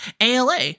ALA